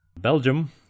Belgium